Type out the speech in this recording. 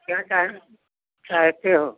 क्या चाह चाहते हो